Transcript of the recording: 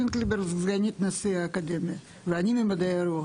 סגנית נשיא האקדמיה, ממדעי הרוח.